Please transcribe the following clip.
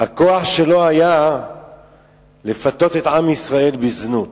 הכוח שלו היה לפתות את עם ישראל בזנות.